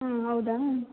ಹ್ಞೂ ಹೌದಾ